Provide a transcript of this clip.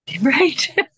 Right